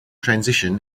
transition